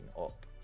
up